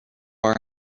are